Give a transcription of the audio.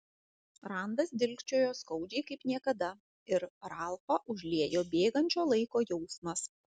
randas dilgčiojo skaudžiai kaip niekada ir ralfą užliejo bėgančio laiko jausmas